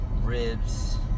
ribs